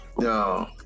No